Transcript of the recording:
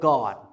God